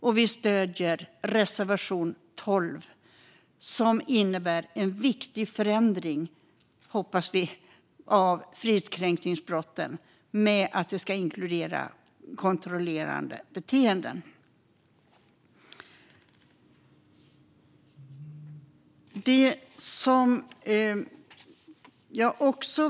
Jag yrkar bifall till reservation 12, som jag hoppas kommer att innebära en viktig förändring av fridskränkningsbrotten i fråga om att inkludera kontrollerande beteenden.